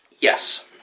Yes